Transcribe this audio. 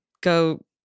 go